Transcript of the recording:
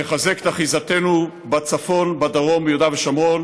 נחזק את אחיזתנו בצפון, בדרום וביהודה ושומרון.